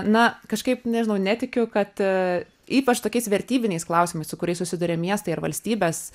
na kažkaip nežinau netikiu kad ypač tokiais vertybiniais klausimais su kuriais susiduria miestai ir valstybės